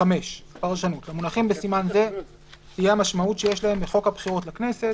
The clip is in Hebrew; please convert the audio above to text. פרשנות 5. למונחים בסימן זה תהיה המשמעות שיש להם בחוק הבחירות לכנסת.